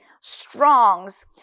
Strong's